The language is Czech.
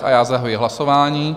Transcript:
A já zahajuji hlasování.